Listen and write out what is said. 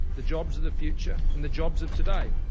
the jobs of the future and the jobs of today,